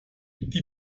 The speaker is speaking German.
die